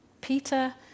Peter